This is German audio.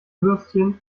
würstchen